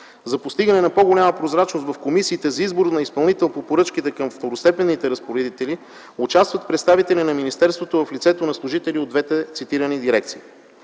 За постигане на по-голяма прозрачност в комисиите за избор на изпълнител по поръчките към второстепенните разпоредители, участват представители на министерството в лицето на служители от двете цитирани дирекции.